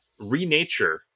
Renature